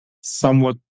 somewhat